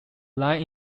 line